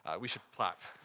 we should clap.